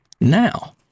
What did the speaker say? now